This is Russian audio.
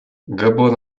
габон